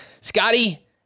scotty